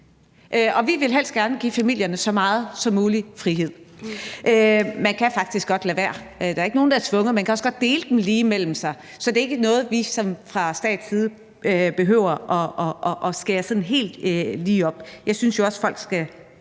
Og vi vil helst give familierne så meget frihed som muligt. Man kan faktisk godt lade være. Der er ikke nogen, der er tvunget til det. Man kan også godt dele den lige mellem sig. Så det er ikke noget, som vi fra statens side behøver at skære sådan helt lige over. Jeg synes jo også, at folk skal